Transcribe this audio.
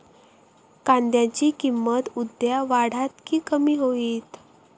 कांद्याची किंमत उद्या वाढात की कमी होईत?